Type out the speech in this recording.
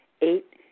Eight